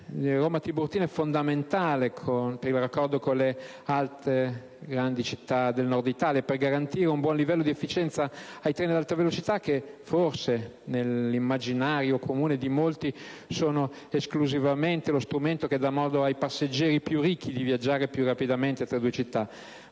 Roma - Tiburtina è fondamentale per il raccordo con le grandi città del Nord Italia e per garantire un buon livello di efficienza ai treni ad alta velocità che forse, nell'immaginario comune di molti, sono esclusivamente lo strumento che dà modo ai passeggeri più ricchi di viaggiare più rapidamente tra due città,